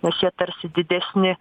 nes jie tarsi didesni